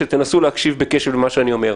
תנסו להקשיב בקשב למה שאני אומר.